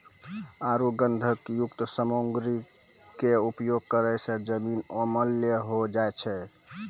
आरु गंधकयुक्त सामग्रीयो के उपयोग करै से जमीन अम्लीय होय जाय छै